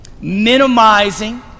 minimizing